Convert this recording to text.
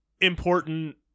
important